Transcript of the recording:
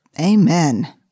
Amen